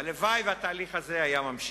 הלוואי שהתהליך הזה היה נמשך.